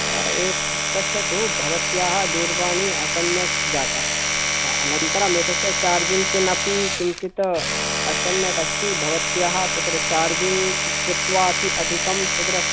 पश्यतु भवत्याः दूरवाणी असम्यक् जाता अनन्तरं एतस्य चार्जिङ्ग् पिन् अपि किञ्चित् असम्यक् अस्ति भवत्याः तत्र चार्जिङ्ग् कृत्वा अपि अधिकं तत्र